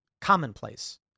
commonplace